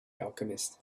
alchemist